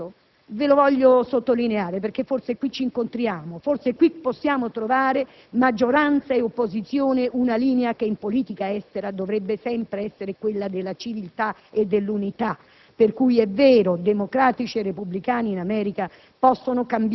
sottolineare la fine di questo discorso perché forse qui ci incontriamo, forse qui possiamo trovare, maggioranza e opposizione, una linea che in politica estera dovrebbe sempre essere quella della civiltà e dell'unità.